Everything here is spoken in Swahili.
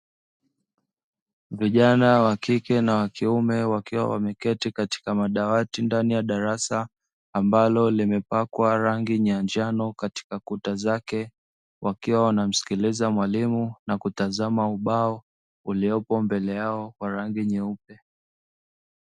Vijana wa kike na wa kiume, wakiwa wameketi katika madawati ndani ya darasa ambalo limepakwa rangi njano katika kuta zake. Wakiwa wanamsikiliza mwalimu na kutazama ubao uliopo mbele yao wa rangi nyeupe.